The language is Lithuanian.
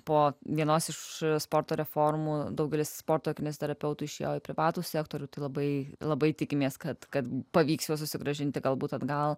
po vienos iš sporto reformų daugelis sporto kineziterapeutų išėjo į privatų sektorių tai labai labai tikimės kad kad pavyks juos susigrąžinti kalbų tad gal